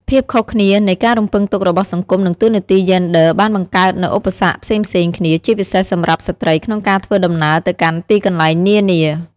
ភាពខុសគ្នានៃការរំពឹងទុករបស់សង្គមនិងតួនាទីយេនដ័របានបង្កើតនូវឧបសគ្គផ្សេងៗគ្នា ជាពិសេសសម្រាប់ស្ត្រីក្នុងការធ្វើដំណើរទៅកាន់ទីកន្លែងនានា។